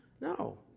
No